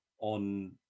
on